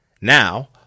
Now